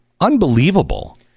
unbelievable